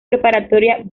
preparatoria